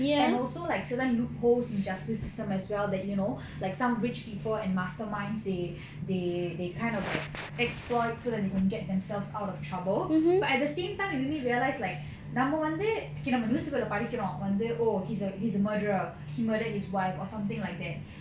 and also like certain loopholes in justice system as well that you know like some rich people and mastermind they they they kind of like exploit so that they can get themselves out of trouble but at the same time it made me realise like நம்ம வந்து இப்போ நம்ம:namma vandhu ippo namma newspaper படிக்கிறோம்:padikkirom oh he's a he's a murderer he murdered his wife or something like that